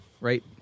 right